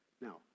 Now